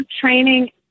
training